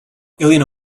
elena